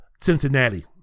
Cincinnati